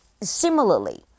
Similarly